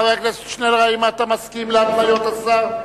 חבר הכנסת שנלר, האם אתה מסכים להתניות השר?